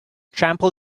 trample